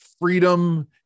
freedom